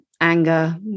anger